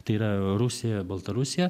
tai yra rusija baltarusija